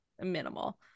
minimal